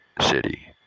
city